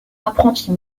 apprenti